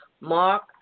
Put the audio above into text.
Mark